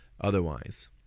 otherwise